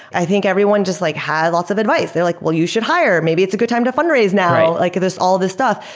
i think everyone just like had lots of advice. they're like, well, you should hire. maybe it's a good time to fundraise now. like there're all these stuff.